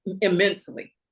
immensely